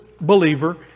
believer